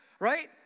Right